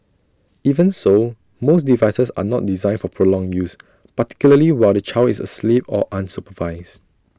even so most devices are not designed for prolonged use particularly while the child is asleep or unsupervised